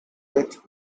death